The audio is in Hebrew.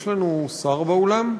יש לנו שר באולם?